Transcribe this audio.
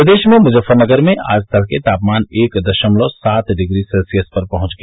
प्रदेश में मुजफ्फरनगर में आज तड़के तापमान एक दशमलव सात डिग्री सेल्सियस पर पहुंच गया